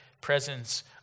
presence